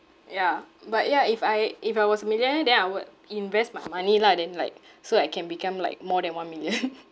yeah but ya if I if I was a millionaire then I would invest my money lah then like so I can become like more than one million